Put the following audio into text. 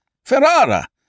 Ferrara